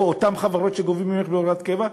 או אותן חברות שגובות ממך בהוראת קבע,